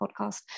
podcast